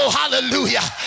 hallelujah